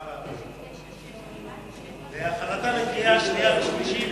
הרווחה והבריאות, להכנתה לקריאה שנייה ושלישית,